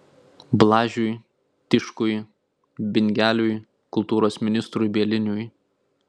blažiui tiškui bingeliui kultūros ministrui bieliniui